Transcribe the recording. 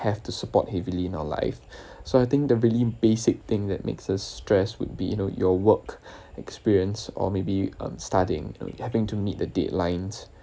have to support heavily in our life so I think the really basic thing that makes us stressed would be you know your work experience or maybe on studying and having to meet the deadlines